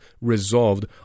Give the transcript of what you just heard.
resolved